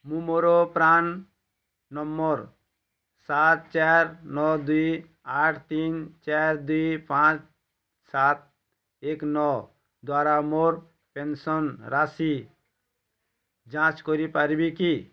ମୁଁ ମୋର PRAN number ସାତ ଚାରି ନଅ ଦୁଇ ଆଠ ତିନି ଚାରି ଦୁଇ ପାଞ୍ଚ ସାତ ଏକ ନଅ ଦ୍ଵାରା ମୋର ପେନ୍ସନ୍ ରାଶି ଯାଞ୍ଚ କରିପାରିବି କି